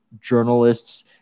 journalists